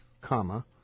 comma